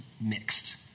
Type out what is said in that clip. mixed